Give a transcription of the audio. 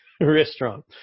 restaurant